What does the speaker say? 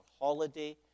holiday